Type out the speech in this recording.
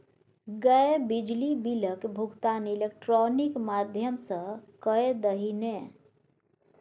गै बिजली बिलक भुगतान इलेक्ट्रॉनिक माध्यम सँ कए दही ने